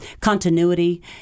continuity